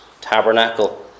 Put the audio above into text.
tabernacle